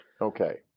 Okay